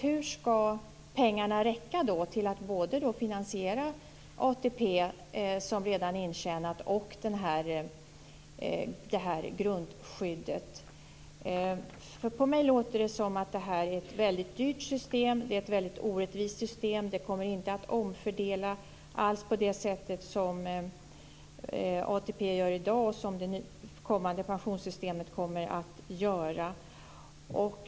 Hur skall pengarna räcka till att finansiera både ATP som redan är intjänad och grundskyddet? På mig låter det som att det här är ett väldigt dyrt system, ett väldigt orättvist system. Det kommer inte att omfördela alls på det sätt som ATP gör i dag och som det kommande pensionssystemet kommer att göra.